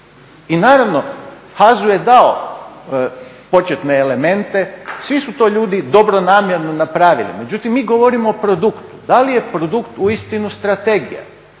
I naravno HAZU je dao početne elemente, svi su to ljudi dobronamjerno napravili, međutim mi govorio o produktu. Da li je produkt uistinu strategija?